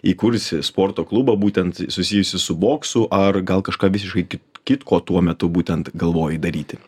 įkursi sporto klubą būtent susijusį su boksu ar gal kažką visiškai kit kitko tuo metu būtent galvojai daryti